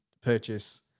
purchase